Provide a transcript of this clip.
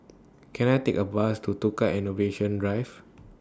Can I Take A Bus to Tukang Innovation Drive